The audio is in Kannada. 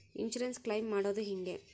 ಇನ್ಸುರೆನ್ಸ್ ಕ್ಲೈಮ್ ಮಾಡದು ಹೆಂಗೆ?